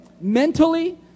mentally